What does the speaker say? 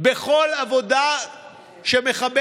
בכל עבודה שמכבדת,